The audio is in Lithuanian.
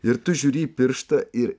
ir tu žiūri į pirštą ir